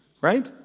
right